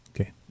Okay